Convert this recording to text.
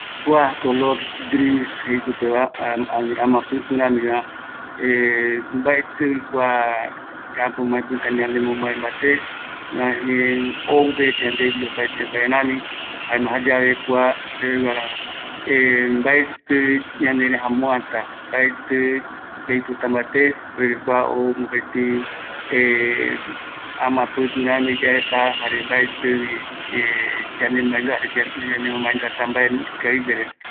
Kua color gris jei supeva, ani amapïtü ramiva, mbaetïvi kua ñanereja muata mbaetï yaipota mbate, por que kua ou möpëtï amapïtü rami yaesa jare mbaetïvi yande mbaendua, hasta yandemomaendua mbae ikaviguere.